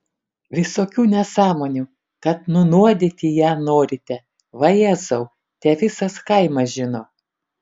visokių nesąmonių kad nunuodyti ją norite vajezau te visas kaimas žino